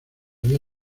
había